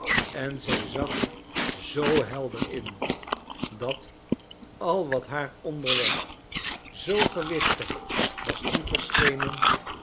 en zij zag zoo helder in dat al wat haar onderweg zoo gewichtig was